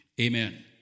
amen